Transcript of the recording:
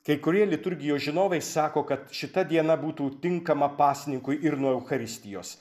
kai kurie liturgijos žinovai sako kad šita diena būtų tinkama pasninkui ir nuo eucharistijos